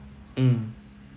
um